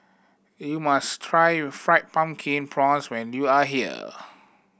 you must try Fried Pumpkin Prawns when you are here